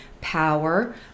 power